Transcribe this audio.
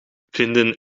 vinden